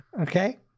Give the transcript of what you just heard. Okay